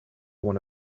one